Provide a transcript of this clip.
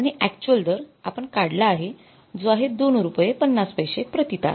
आणि अक्चुअल दर आपण काढला आहे जो आहे २ रुपये ५० पैसे प्रति तास